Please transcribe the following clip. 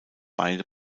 beide